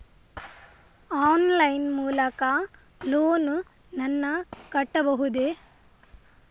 Online line ಮೂಲಕ loan ನನ್ನ ಕಟ್ಟಬಹುದೇ?